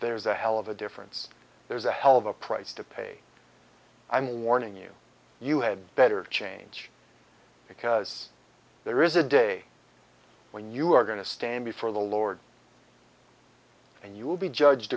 there's a hell of a difference there's a hell of a price to pay i'm warning you you had better change because there is a day when you are going to stand before the lord and you will be judged